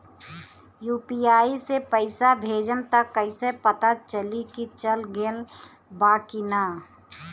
UPI से पइसा भेजम त कइसे पता चलि की चल गेल बा की न?